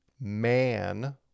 man